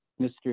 Mr